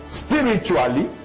spiritually